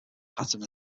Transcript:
patton